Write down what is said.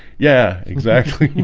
yeah exactly